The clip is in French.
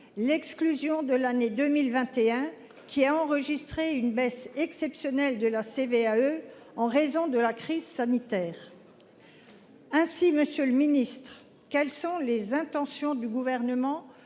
l'exclusion de l'année 2021 qui a enregistré une baisse exceptionnelle de la CVAE. En raison de la crise sanitaire. Ainsi, Monsieur le Ministre, quelles sont les intentions du gouvernement